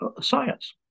science